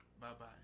Bye-bye